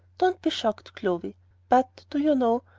don't be shocked, clovy but, do you know,